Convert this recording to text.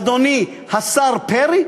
אדוני השר פרי,